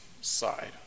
side